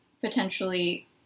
potentially